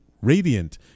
radiant